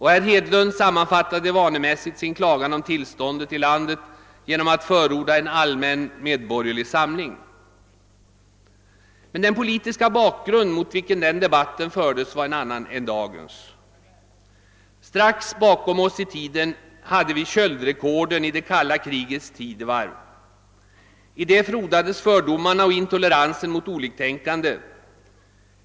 Herr Hedlund sammanfattade vanemässigt sin klagan om tillståndet i landet genom att förorda en allmän, medborgerlig samling. Den politiska bakgrund mot vilken debatten fördes var emellertid en annan än dagens. Strax bakom oss i tiden hade vi köldrekorden i det kalla krigets tidevarv. I det frodades fördomarna och intoleransen mot oliktänkande.